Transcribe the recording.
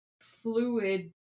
fluid